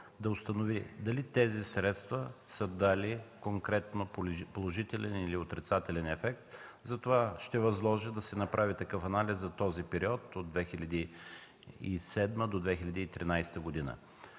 да установи дали тези средства са дали конкретно положителен или отрицателен ефект. Затова ще възложа да се направи такъв анализ за периода от 2007 до 2013 г.